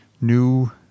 new